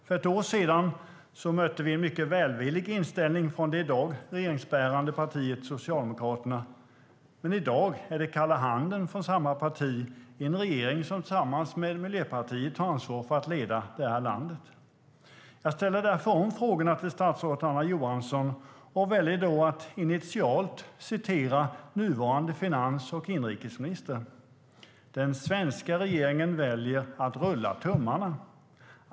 För ett år sedan mötte vi en mycket välvillig inställning från det i dag regeringsbärande partiet Socialdemokraterna. Men i dag är det kalla handen från samma parti i en regering som tillsammans med Miljöpartiet tar ansvar för att leda landet. Jag ställer därför om frågorna till statsrådet Anna Johansson. Jag väljer då att initialt citera de nuvarande finans och inrikesministrarna: Den svenska regeringen väljer att rulla tummarna.